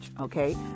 okay